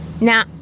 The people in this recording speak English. Now